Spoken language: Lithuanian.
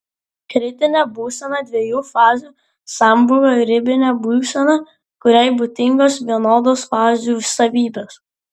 kritinė būsena dviejų fazių sambūvio ribinė būsena kuriai būdingos vienodos fazių savybės